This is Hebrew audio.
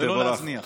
ולא להזניח.